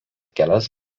kelias